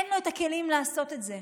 אין לו את הכלים לעשות את זה.